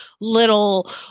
little